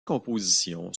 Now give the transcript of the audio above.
compositions